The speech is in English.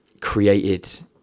created